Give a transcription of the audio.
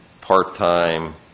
part-time